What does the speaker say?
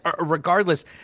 regardless